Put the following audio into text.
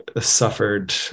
suffered